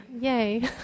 Yay